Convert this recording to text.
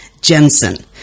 Jensen